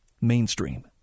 mainstream